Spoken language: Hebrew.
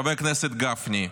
חבר הכנסת גפני,